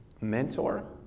mentor